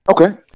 Okay